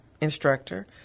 instructor